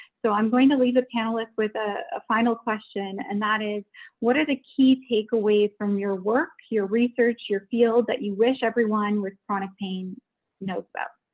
so i'm going to leave a panelist with ah a final question, and that is what are the key takeaways from your work, your research, your field, that you wish everyone with chronic pain know about.